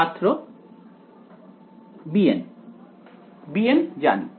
ছাত্র bn bn জানি